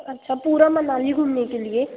अच्छा पूरा मनाली घूमने के लिए